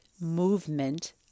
movement